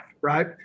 Right